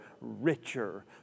richer